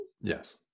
Yes